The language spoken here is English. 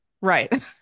right